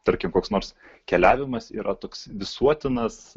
tarkim koks nors keliavimas yra toks visuotinas